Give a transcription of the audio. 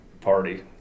party